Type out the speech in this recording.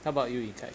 how about you ying kai